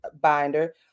binder